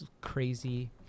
Crazy